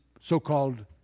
so-called